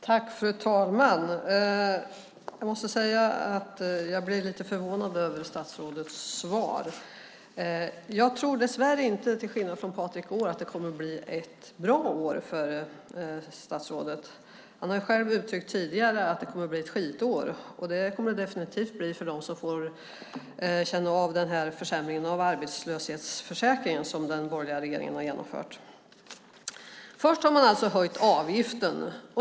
Fru talman! Jag blev lite förvånad över statsrådets svar. Jag tror dessvärre inte, till skillnad från Patrik, att det kommer att bli ett bra år för statsrådet. Han har tidigare själv uttryckt att det kommer att bli ett skitår. Det kommer det definitivt att bli för dem som får känna av försämringen av arbetslöshetsförsäkringen som den borgerliga regeringen har genomfört. Först har regeringen alltså höjt avgiften.